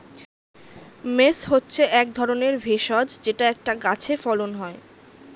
mace হচ্ছে এক ধরনের ভেষজ যেটা একটা গাছে ফলন হয়